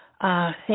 Thank